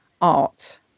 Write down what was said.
art